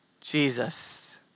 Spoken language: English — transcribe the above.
Jesus